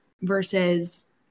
versus